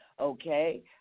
Okay